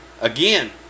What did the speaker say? Again